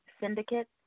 Syndicate